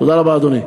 תודה רבה, אדוני.